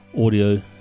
audio